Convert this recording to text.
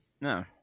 No